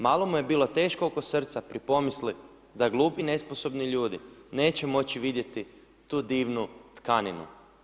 Malo mu je bilo oko srca pri pomisli da glupi i nesposobni ljudi neće moći vidjeti tu divnu tkaninu.